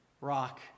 rock